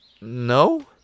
no